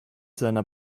seiner